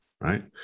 right